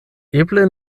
eble